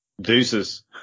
Deuces